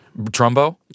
trumbo